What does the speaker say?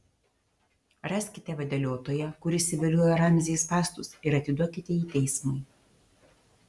raskite vadeliotoją kuris įviliojo ramzį į spąstus ir atiduokite jį teismui